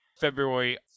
February